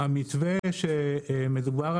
תושבי תל אביב חיים בשקט בזכות תושבי הצפון.